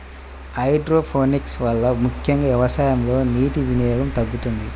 hydroponics వలన ముఖ్యంగా వ్యవసాయంలో నీటి వినియోగం తగ్గుతుంది